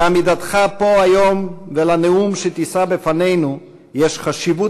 לעמידתך פה היום ולנאום שתישא בפנינו יש חשיבות